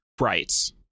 Right